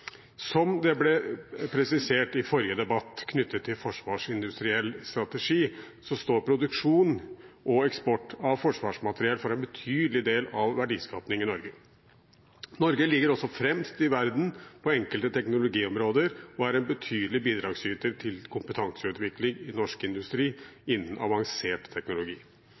Som det ble presisert i forrige debatt – knyttet til forsvarsindustriell strategi – står produksjon og eksport av forsvarsmateriell for en betydelig del av verdiskapingen i Norge. Norge ligger også fremst i verden på enkelte teknologiområder og er en betydelig bidragsyter til kompetanseutvikling i norsk industri innen avansert teknologi.